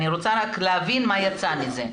אני רק רוצה להבין מה יצא מזה.